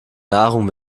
nahrung